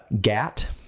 Gat